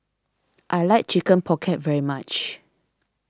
I like Chicken Pocket very much